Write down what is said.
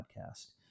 podcast